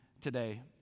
today